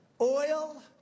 oil